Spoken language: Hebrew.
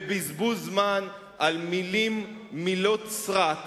בבזבוז זמן על מלים, מילות סרק,